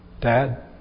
Dad